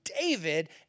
David